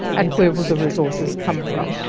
and where will the resources come from?